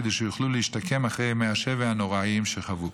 כדי שיוכלו להשתקם אחרי ימי השבי הנוראים שחוו.